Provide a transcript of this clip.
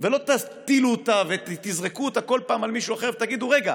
ולא תטילו אותה ותזרקו אותה כל פעם על מישהו אחר ותגידו: רגע,